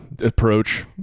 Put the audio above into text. approach